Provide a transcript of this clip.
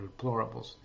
deplorables